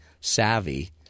savvy